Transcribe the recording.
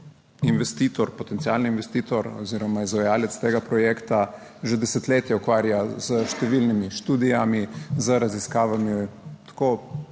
potencialni investitor oziroma izvajalec tega projekta, že desetletja ukvarja s številnimi študijami, z raziskavami,